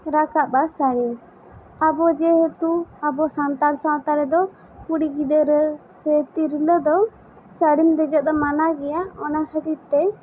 ᱨᱟᱠᱟᱵᱼᱟ ᱥᱟᱹᱲᱤᱢ ᱟᱵᱚ ᱡᱮᱦᱮᱛᱩ ᱟᱵᱚ ᱥᱟᱱᱛᱟᱲ ᱥᱟᱶᱛᱟ ᱨᱮᱫᱚ ᱠᱩᱲᱤ ᱜᱤᱫᱟᱹᱨᱚ ᱥᱮ ᱛᱤᱨᱞᱟᱹ ᱫᱚ ᱥᱟᱹᱲᱤᱢ ᱫᱮᱡᱚᱜ ᱫᱚ ᱢᱟᱱᱟ ᱜᱮᱭᱟ ᱚᱱᱟ ᱠᱷᱟᱹᱛᱤᱨ ᱛᱮ